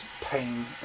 ...pain